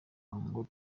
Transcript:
ngo